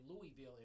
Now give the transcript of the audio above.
Louisville